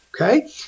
Okay